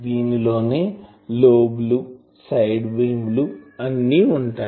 దీని లోనే లోబ్ లుసైడ్ బీమ్ లు అన్ని ఉంటాయి